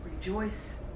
rejoice